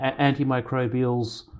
antimicrobials